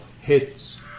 Hits